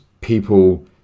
people